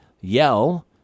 yell